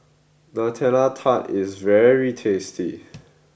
Nutella Tart is very tasty